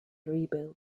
rebuild